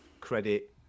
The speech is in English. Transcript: credit